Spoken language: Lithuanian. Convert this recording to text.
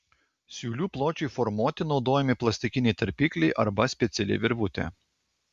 siūlių pločiui formuoti naudojami plastikiniai tarpikliai arba speciali virvutė